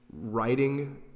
writing